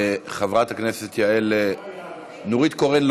חברת הכנסת נורית קורן,